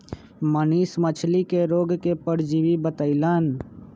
मनीष मछ्ली के रोग के परजीवी बतई लन